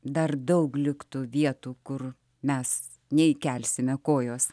dar daug liktų vietų kur mes neįkelsime kojos